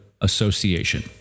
Association